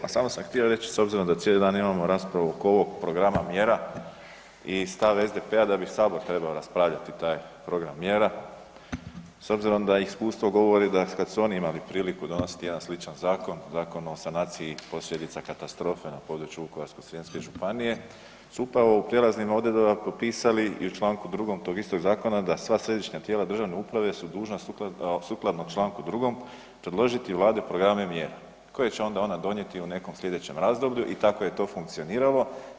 Pa samo sam htio reć s obzirom da cijeli dan imamo raspravu oko ovog programa mjera i stav SDP-a da bi Sabor trebao raspravljati taj program mjera, s obzirom da iskustvo govori da kada su oni imali priliku donositi jedan sličan zakon, Zakon o sanaciji posljedica katastrofe na području Vukovarsko-srijemske županije su upravo u prijelaznim odredbama propisali i u čl. 2. tog istog zakona da sva središnja tijela državne uprave su dužna sukladno čl. 2. predložiti Vladi programe mjera koje će onda ona donijeti u nekom sljedećem razdoblju i tako je to funkcioniralo.